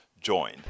join